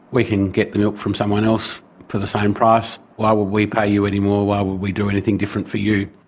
we can get the milk from someone else for the same price, why would we pay you any more, why would we do anything different for you?